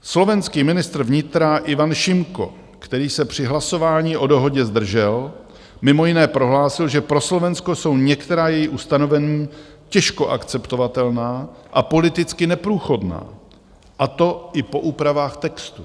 Slovenský ministr vnitra Ivan Šimko, který se při hlasování o dohodě zdržel, mimo jiné prohlásil, že pro Slovensko jsou některá její ustanovení těžko akceptovatelná a politicky neprůchodná, a to i po úpravách textu.